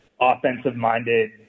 offensive-minded